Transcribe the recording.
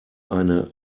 eine